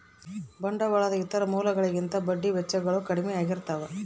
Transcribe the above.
ಬಂಡವಾಳದ ಇತರ ಮೂಲಗಳಿಗಿಂತ ಬಡ್ಡಿ ವೆಚ್ಚಗಳು ಕಡ್ಮೆ ಆಗಿರ್ತವ